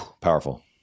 Powerful